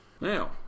Now